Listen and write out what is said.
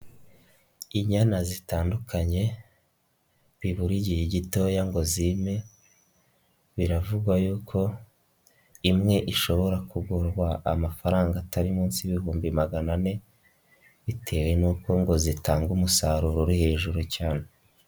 Inyana zitandukanye, bibura gihe gitoya ngo zime, biravugwa yuko imwe ishobora kugurwa amafaranga atari munsi y'ibihumbi magana ane bitewe n'uko ngo zitanga umusaruro uri hejuru cyane.